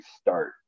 start